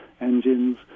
engines